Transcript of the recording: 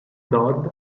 todd